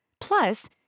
Plus